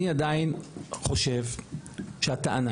אני עדיין חושב שהטענה